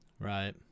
Right